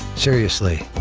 seriously,